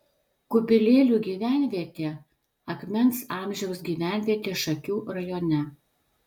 kubilėlių gyvenvietė akmens amžiaus gyvenvietė šakių rajone